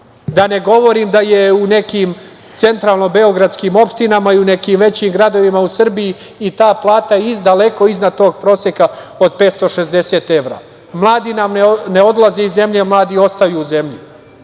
da ne govorim da je u nekim centralnim beogradskim opštinama i nekim većim gradovima u Srbiji, i ta plata daleko iznad tog proseka od 560 evra, jer mladi nam ne odlaze iz zemlje, mladi ostaju u zemlji.